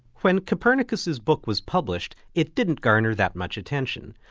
when copernicus's book was published, it didn't garner that much attention.